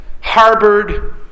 harbored